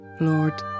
Lord